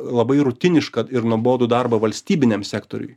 labai rutinišką ir nuobodų darbą valstybiniam sektoriui